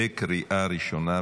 בקריאה ראשונה,